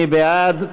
מי בעד?